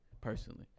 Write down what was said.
personally